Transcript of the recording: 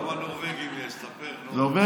כמה נורבגים יש, ספר, נו.